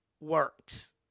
works